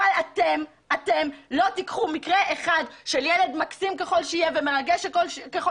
אבל אתם לא תיקחו מקרה של ילד אחד מקסים ככל שיהיה ומרגש ככל